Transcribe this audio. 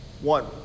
one